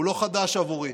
הוא לא חדש בעבורי,